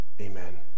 amen